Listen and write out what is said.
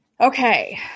okay